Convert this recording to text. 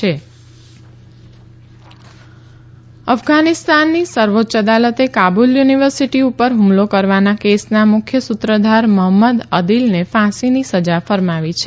Kabul university અફઘાનીસ્તાનની સર્વોચ્ય અદાલતે કાબુલ યુનીવર્સીટી ઉપર ફમલો કરવાના કેસના મુખ્ય સુત્રધાર મહંમદ અદીલને ફાંસીની સજા ફરમાવી છે